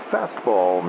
Fastball